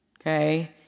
okay